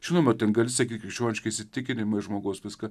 žinoma ten gali sakyt krikščioniški įsitikinimai žmogus viską